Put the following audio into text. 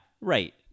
right